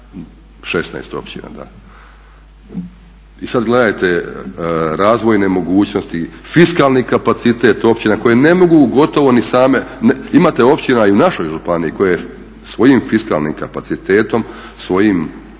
16 općina. I sada gledajte razvojne mogućnosti, fiskalni kapacitet općina koje ne mogu gotovo ni same. Imate općina i u našoj županiji koje svojim fiskalnim kapacitetom, svojim